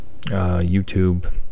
YouTube